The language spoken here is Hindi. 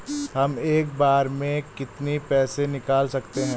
हम एक बार में कितनी पैसे निकाल सकते हैं?